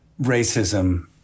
racism